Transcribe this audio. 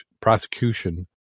prosecution